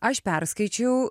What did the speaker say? aš perskaičiau